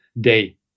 day